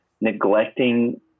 neglecting